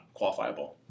qualifiable